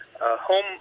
home